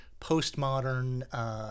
postmodern